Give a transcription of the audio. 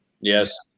Yes